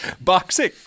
Boxing